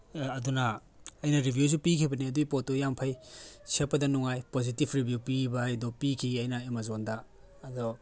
ꯑꯗꯨꯅ ꯑꯩꯅ ꯔꯤꯚ꯭ꯌꯨꯁꯨ ꯄꯤꯈꯤꯕꯅꯤ ꯑꯗꯨꯒꯤ ꯄꯣꯠꯇꯣ ꯌꯥꯝ ꯐꯩ ꯁꯦꯠꯄꯗ ꯅꯨꯡꯉꯥꯏ ꯄꯣꯖꯤꯇꯤꯐ ꯔꯤꯚ꯭ꯌꯨ ꯄꯤꯕ ꯍꯥꯏꯗꯣ ꯄꯤꯈꯤ ꯑꯩꯅ ꯑꯥꯃꯥꯖꯣꯟꯗ ꯑꯗꯣ